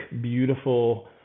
beautiful